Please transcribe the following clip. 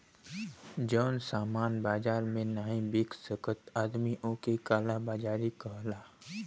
जौन सामान बाजार मे नाही बिक सकत आदमी ओक काला बाजारी कहला